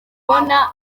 kubona